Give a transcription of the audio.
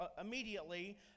immediately